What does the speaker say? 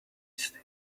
tasty